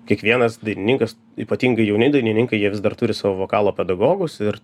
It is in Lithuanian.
kiekvienas dainininkas ypatingai jauni dainininkai jie vis dar turi savo vokalo pedagogus ir